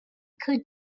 could